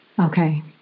Okay